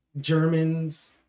germans